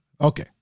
okay